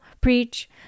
preach